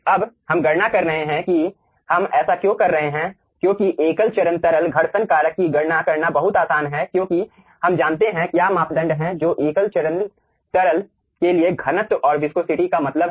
अब हम गणना कर रहे हैं कि हम ऐसा क्यों कर रहे हैं क्योंकि एकल चरण तरल घर्षण कारक की गणना करना बहुत आसान है क्योंकि हम जानते हैं क्या मापदंड हैं जो एकल चरण तरल के लिए घनत्व और विस्कोसिटी का मतलब है